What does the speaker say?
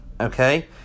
okay